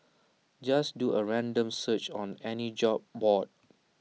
just do A random search on any job board